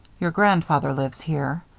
your grandfather lives here,